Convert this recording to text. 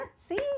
See